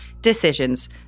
decisions